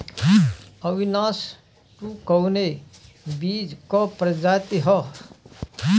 Avinash two कवने बीज क प्रजाति ह?